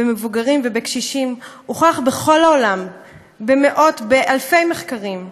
במבוגרים ובקשישים, הוכח בכל העולם באלפי מחקרים.